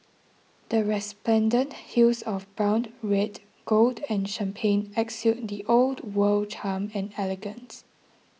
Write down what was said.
the resplendent hues of brown red gold and champagne exude the old world charm and elegance